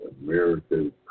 American